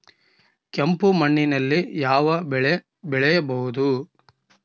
ಕೆಂಪು ಮಣ್ಣಿನಲ್ಲಿ ಯಾವ ಬೆಳೆ ಬೆಳೆಯಬಹುದು?